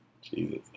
Jesus